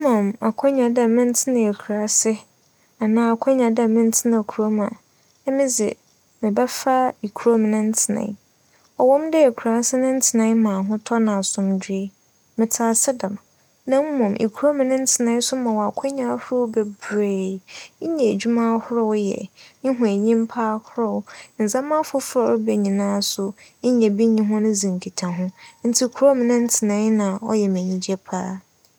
Wͻma ne akwanya dɛ mentsena ekurase anaa akwanya dɛ mentsena kurow mu a, emi dze mebɛfa kurow mu ne ntsenae. ͻwͻ mu dɛ ekurase ne ntsenae ma ahotͻ na asomdwee, metse ase dɛm na mbom kurow mu ne ntsenae so ma wo akwanya ahorow beberee. Enya edwuma ahorow yɛ, ehu enyimpa ahorow, ndzɛmba afofor a ͻreba nyinaa so enya bi nye hͻn dzi nkitaho. Ntsi kurow mu n'asetsena na ͻyɛ me enyigye paa.